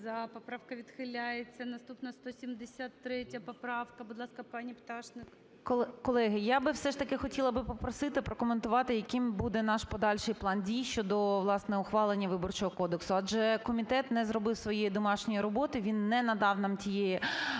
За-1 Поправка відхиляється. Наступна 173 поправка. Будь ласка, пані Пташник. 13:35:37 ПТАШНИК В.Ю. Колеги, я би все ж таки хотіла би попросити прокоментувати, яким буде наш подальший план дій щодо, власне, ухвалення Виборчого кодексу. Адже комітет не зробив своєї домашньої роботи, він не надав нам тієї,